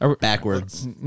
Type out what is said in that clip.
Backwards